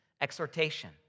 exhortation